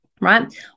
right